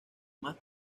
más